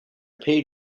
paid